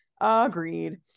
agreed